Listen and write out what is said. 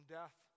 death